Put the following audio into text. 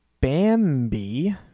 Bambi